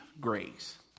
grace